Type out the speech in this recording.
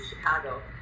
Chicago